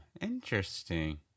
Interesting